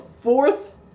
Fourth